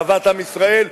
לאהבת עם ישראל,